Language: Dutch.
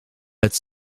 het